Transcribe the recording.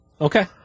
Okay